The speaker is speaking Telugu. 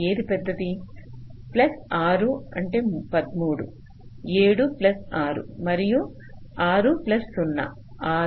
ఏది పెద్దది ప్లస్ 6 13 7 ప్లస్ 6 మరియు 6 ప్లస్ 0 6